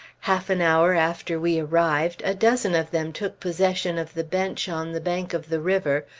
half an hour after we arrived, a dozen of them took possession of the bench on the bank of the river,